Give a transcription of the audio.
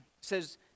says